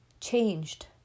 changed